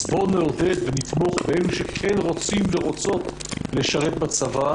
אז בואו נעודד ונתמוך באלה שכן רוצים ורוצות לשרת בצבא,